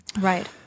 Right